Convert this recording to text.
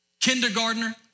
kindergartner